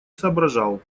соображал